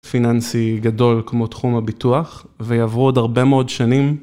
פיננסי גדול כמו תחום הביטוח, ויעברו עוד הרבה מאוד שנים.